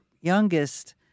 youngest